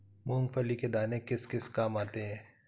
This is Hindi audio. मूंगफली के दाने किस किस काम आते हैं?